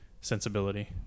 sensibility